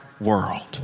world